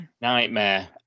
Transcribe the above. nightmare